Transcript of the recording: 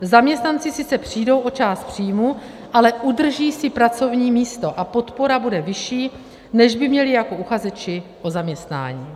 Zaměstnanci sice přijdou o část příjmu, ale udrží si pracovní místo a podpora bude vyšší, než by měli jako uchazeči o zaměstnání.